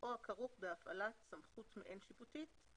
או הכרוך בהפעלת סמכות מעין שיפוטית,